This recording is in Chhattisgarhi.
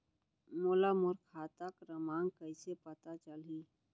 मोला मोर खाता क्रमाँक कइसे पता चलही?